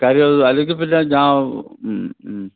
കാര്യമത് അല്ലെങ്കിൽ പിന്നെ ഞാൻ